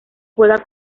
juega